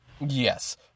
Yes